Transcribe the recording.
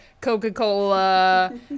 Coca-Cola